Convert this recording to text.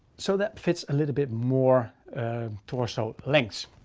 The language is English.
so that fits a little bit more torso length.